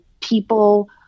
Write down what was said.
people